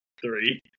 Three